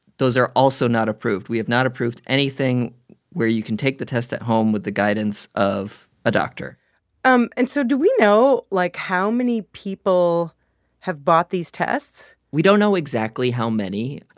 those are also also not approved. we have not approved anything where you can take the test at home with the guidance of a doctor um and so do we know, like, how many people have bought these tests? we don't know exactly how many.